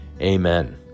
Amen